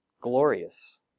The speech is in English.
Glorious